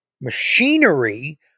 machinery